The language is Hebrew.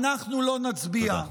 אנחנו לא נצביע.